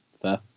fair